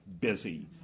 busy